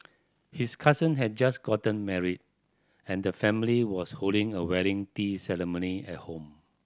his cousin had just gotten married and the family was holding a wedding tea ceremony at home